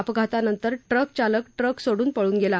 अपघातानंतर ट्रक चालक ट्रक सोडून पळून गेला